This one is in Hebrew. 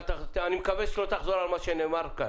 אני מקווה שלא תחזור על מה שנאמר כאן,